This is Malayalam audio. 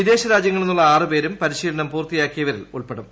വിദേശ രാജ്യങ്ങളിൽ നിന്നുള്ള ആറ് പേരും പരിശീലനം പൂർത്തിയാക്കിയവരിൽ ഉൾപ്പെടും